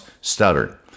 stubborn